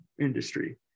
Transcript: industry